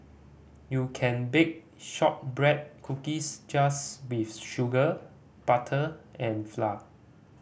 you can bake shortbread cookies just with sugar butter and flour